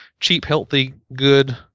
CheapHealthyGood